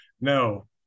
no